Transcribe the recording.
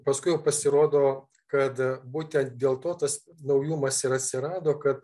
paskui jau pasirodo kad būtent dėl to tas naujumas ir atsirado kad